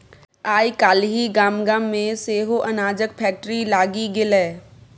आय काल्हि गाम गाम मे सेहो अनाजक फैक्ट्री लागि गेलै